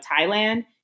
Thailand